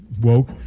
woke